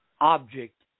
object